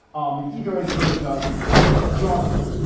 um either in terms of jargon,